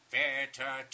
better